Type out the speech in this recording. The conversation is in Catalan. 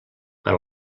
per